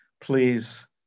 please